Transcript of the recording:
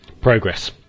progress